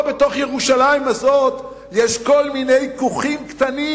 פה, בתוך ירושלים הזאת, יש כל מיני כוכים קטנים